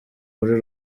muri